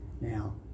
Now